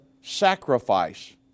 sacrifice